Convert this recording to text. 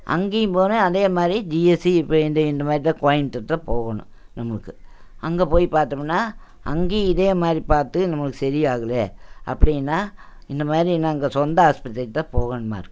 அங்கேயும் போனால் அதேமாதிரி இப்போ இந்த இந்த மாதிரிதான் கோயம்புத்தூர் தான் போகணும் நம்மளுக்கு அங்கே போய் பாத்தோமுன்னா அங்கேயும் இதேமாதிரி பார்த்து நம்மளுக்கு சரி ஆகல அப்படின்னா இந்தமாதிரி நாங்கள் சொந்த ஆஸ்பத்திரிக்கு தான் போகணுமாருக்குது